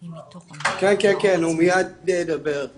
ולאן הגענו עם המטה הלאומי להגנה על ילדים